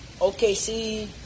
OKC